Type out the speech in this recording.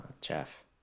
Jeff